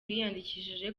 yiyandikishije